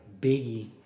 Biggie